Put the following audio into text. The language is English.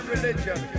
religion